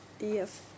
Yes